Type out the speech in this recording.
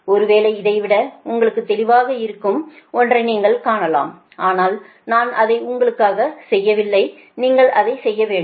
ஒருவேளை இதை விட உங்களுக்கு எளிதாக இருக்கும் ஒன்றை நீங்கள் காணலாம் ஆனால் நான் அதை உங்களுக்காக செய்யவில்லை நீங்கள் அதை செய்ய வேண்டும்